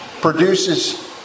produces